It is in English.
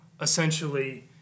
essentially